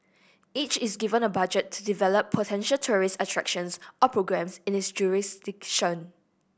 each is given a budget to develop potential tourist attractions or programmes in its jurisdiction